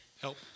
Help